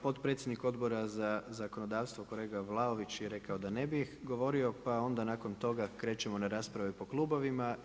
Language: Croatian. Potpredsjednik Odbora za zakonodavstvo kolega Vlaović je rekao da ne bi govorio, pa onda nakon toga krećemo na rasprave po klubovima.